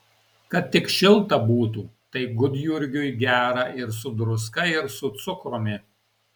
kad tik šilta būtų tai gudjurgiui gera ir su druska ir su cukrumi